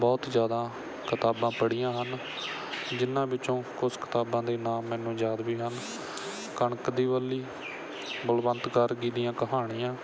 ਬਹੁਤ ਜ਼ਿਆਦਾ ਕਿਤਾਬਾਂ ਪੜ੍ਹੀਆਂ ਹਨ ਜਿਨ੍ਹਾਂ ਵਿੱਚੋਂ ਕੁਛ ਕਿਤਾਬਾਂ ਦੇ ਨਾਮ ਮੈਨੂੰ ਯਾਦ ਵੀ ਹਨ ਕਣਕ ਦੀ ਬੱਲੀ ਬਲਵੰਤ ਗਾਰਗੀ ਦੀਆਂ ਕਹਾਣੀਆਂ